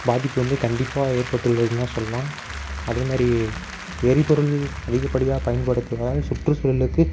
பாதிப்பு வந்து கண்டிப்பாக ஏற்பட்டுள்ளதுன்னு தான் சொல்லலாம் அதேமாதிரி எரிபொருள் அதிகப்படியாக பயன்படுத்துவதால் சுற்றுச்சூழலுக்கு